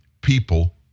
people